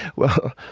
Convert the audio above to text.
well,